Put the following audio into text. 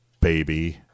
baby